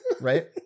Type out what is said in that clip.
right